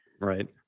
Right